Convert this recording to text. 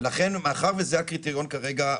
מאחר שזה הקריטריון כרגע,